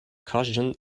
cushion